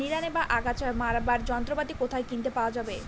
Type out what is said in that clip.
নিড়ানি বা আগাছা মারার যন্ত্রপাতি কোথায় কিনতে পাওয়া যাবে?